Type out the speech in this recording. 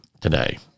today